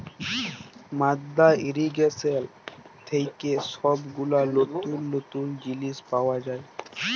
মাদ্দা ইর্রিগেশন থেক্যে সব গুলা লতুল লতুল জিলিস পাওয়া যায়